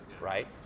right